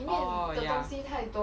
oh ya